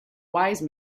wise